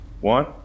one